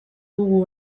dugu